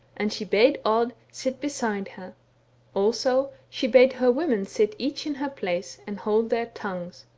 and she bade odd sit beside her also, she bade her women sit each in her place, and hold their tongues.